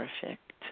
perfect